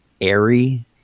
airy